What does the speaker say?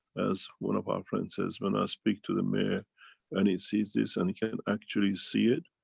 as one of our friends says, when i speak to the mayor and he sees this, and he can actually see it,